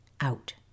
out